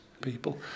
people